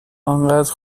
انقدر